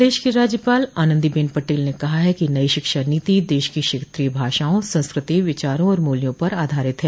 प्रदेश की राज्यपाल आनन्दीबेन पटेल ने कहा है कि नई शिक्षा नीति देश की क्षेत्रीय भाषाओं संस्कृति विचारों और मूल्यों पर आधारित है